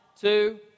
two